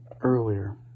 earlier